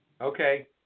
Okay